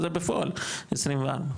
זה בפועל 24,